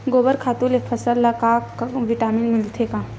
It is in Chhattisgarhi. गोबर खातु ले फसल ल का विटामिन मिलथे का?